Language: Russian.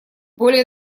более